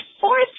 fourth